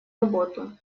работу